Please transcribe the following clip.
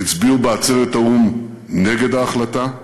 הצביעו בעצרת האו"ם נגד ההחלטה.